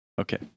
Okay